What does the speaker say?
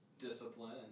discipline